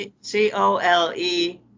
c-o-l-e